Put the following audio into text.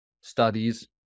studies